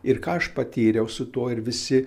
ir ką aš patyriau su tuo ir visi